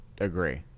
agree